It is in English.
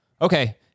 Okay